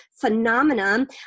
phenomenon